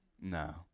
No